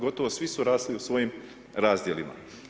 Gotovo svi su rasli u svojim razdjelima.